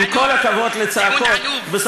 טיעון עלוב.